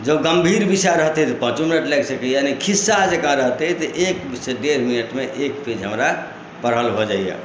जँ गम्भीर विषय रहतै तऽ पाँचो मिनट लागि सकैया नहि खिस्सा जकाँ रहतै तऽ एकसँ डेढ़ मिनटमे एक पेज हमरा पढ़ल भऽ जाइया